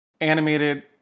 animated